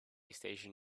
station